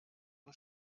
und